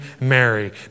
Mary